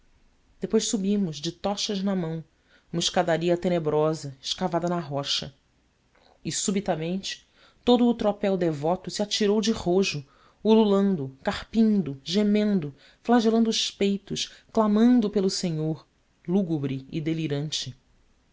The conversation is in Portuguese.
depois subimos de tochas na mão uma escadaria tenebrosa escavada na rocha e subitamente todo o tropel devoto se atirou de rojo ululando carpindo gemendo flagelando os peitos clamando pelo senhor lúgubre e delirante